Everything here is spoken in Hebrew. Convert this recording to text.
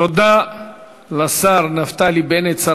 תודה לשר הכלכלה נפתלי בנט.